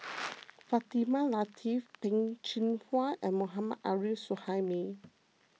Fatimah Lateef Peh Chin Hua and Mohammad Arif Suhaimi